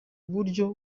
buryo